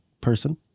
person